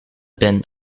been